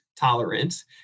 tolerance